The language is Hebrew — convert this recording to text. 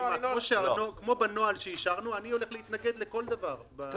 רשימה כמו בנוהל שאישרנו אני הולך להתנגד לכל דבר.